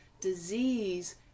disease